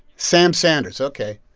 sam sanders. ok.